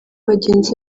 bagenzi